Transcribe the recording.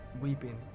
weeping